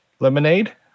Lemonade